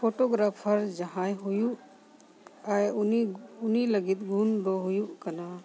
photographer ᱡᱟᱦᱟᱸᱭ ᱦᱩᱭᱩᱜ ᱟᱭ ᱩᱱᱤ ᱩᱱᱤ ᱞᱟᱹᱜᱤᱫ ᱜᱩᱱ ᱫᱚ ᱦᱩᱭᱩᱜ ᱠᱟᱱᱟ